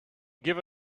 give